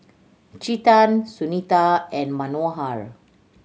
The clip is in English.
Chetan Sunita and Manohar